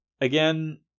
Again